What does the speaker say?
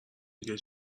دیگه